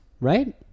right